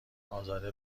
ازاده